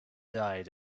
died